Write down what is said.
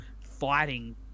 fighting